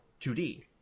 2D